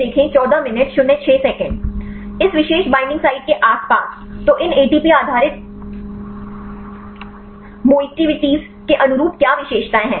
इस विशेष binding site के आसपास तो इन एटीपी आधारित मौआटिटिविटी के अनुरूप क्या विशेषताएं हैं